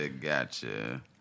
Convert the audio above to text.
gotcha